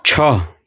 छ